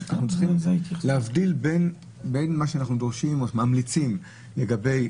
להבדיל בין מה שאנחנו דורשים או ממליצים לגבי